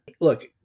look